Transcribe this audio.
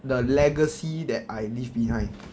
the legacy that I leave behind